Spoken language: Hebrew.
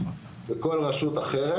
בכל רשות אחרת,